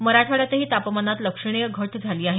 मराठवाड्यातही तापमानात लक्षणीय घट झाली आहे